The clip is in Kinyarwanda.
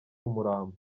umurambo